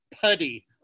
Putty